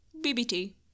BBT